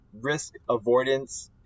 risk-avoidance